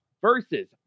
versus